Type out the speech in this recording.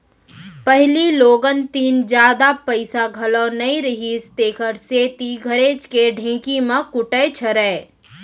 पहिली लोगन तीन जादा पइसा घलौ नइ रहिस तेकर सेती घरेच के ढेंकी म कूटय छरय